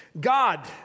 God